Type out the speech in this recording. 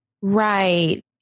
Right